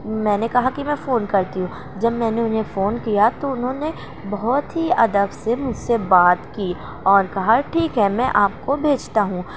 میں نے کہا کہ میں فون کرتی ہوں جب میں نے انہیں فون کیا تو انہوں نے بہت ہی ادب سے مجھ سے بات کی اور کہا ٹھیک ہے میں آپ کو بھیجتا ہوں